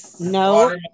No